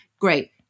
Great